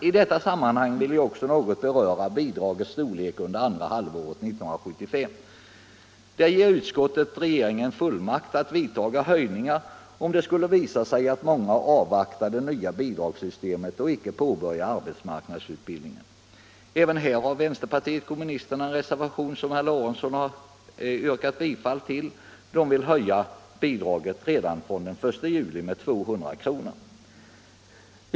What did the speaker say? I detta sammanhang vill jag också något beröra frågan om bidragets storlek under andra halvåret 1975. Där vill utskottet ge regeringen fullmakt att vidtaga höjningar, om det skulle visa sig att många avvaktar det nya bidragssystemet och icke påbörjar arbetsmarknadsutbildning. Även här har vänsterpartiet kommunisterna en reservation, som herr Lorentzon har yrkat bifall till, om att bidraget skall höjas med 200 kr. redan fr.o.m. den 1 juli.